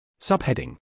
Subheading